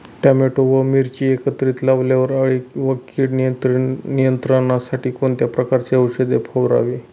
Tomato व मिरची एकत्रित लावल्यावर अळी व कीड नियंत्रणासाठी कोणत्या प्रकारचे औषध फवारावे?